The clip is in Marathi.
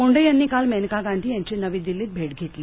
मुंडे यांनी काल मेनका गांधी यांची नवी दिल्लीत भेट घेतली